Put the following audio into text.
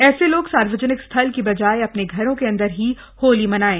ऐसे लोग सार्वजनिक स्थल की बजाय अपने घरों के अंदर ही होली मनायें